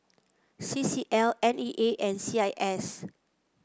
C C L N E A and C I S